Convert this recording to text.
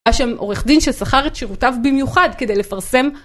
היה שם עורך דין ששכר את שירותיו במיוחד כדי לפרסם...